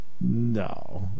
No